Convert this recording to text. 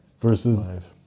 versus